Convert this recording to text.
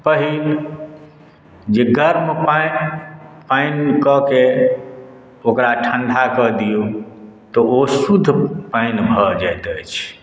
पहिल जे गर्म पानि पानि कऽ के ओकरा ठंढा क दियौ तऽ ओ शुद्ध पानि भऽ जाइत अछि